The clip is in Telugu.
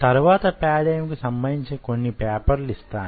తరువాత పేరడైం కు సంభందించిన కొన్ని పేపర్లను ఇస్తాను